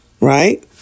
right